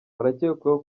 arakekwaho